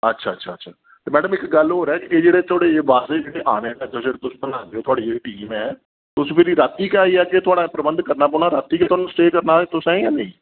अच्छा अच्छा अच्छा ते मैडम इक गल्ल होर ऐ कि एह् जेह्ड़े थुआढ़े बाजे जेह्ड़े आने न एह् जेह्ड़ी थुआढ़ी टीम ऐ तुस फ्ही राती गै आई जाह्गे राती गै थुआढ़ा प्रबंध करना पौना रातीं गै थुआनू स्टे करना तुसें जां नेईं